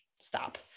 stop